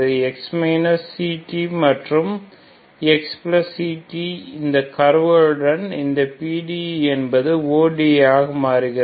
ஏனெனில் x ct மற்றும் xct இந்த கர்வ்களுடன் இந்த PDE என்பது ODE ஆக மாறுகிறது